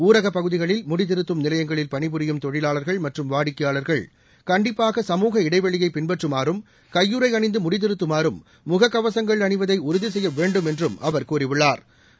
ஊரகப் பகுதிகளில் முடித்திருத்தும் நிலையங்களில் பணிபுரியும் தொழிலாளர்கள் மற்றும் வாடிக்கையாளர்கள் கண்டிப்பாக சமூக இடைவெளியை பின்பற்றமாறும் கையுறை அணிந்து முடித்திருத்துமாறும் முகக்கவசங்கள் அணிவதை உறுதி செய்ய வேண்டும் என்றும் அவா் கூறியுள்ளாா்